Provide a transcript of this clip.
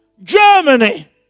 Germany